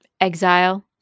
Exile